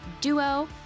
duo